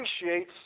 appreciates